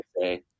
say